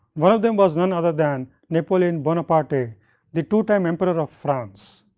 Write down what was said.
one of them was none other than napoleon bonaparte, the the two time emperor of france.